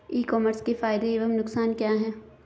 ई commerce के फायदे एवं नुकसान क्या हैं?